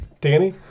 Danny